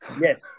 Yes